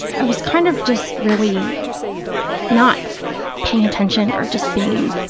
i was kind of just really not paying attention or just being,